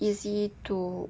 easy to